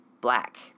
black